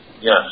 Yes